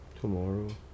Tomorrow